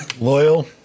Loyal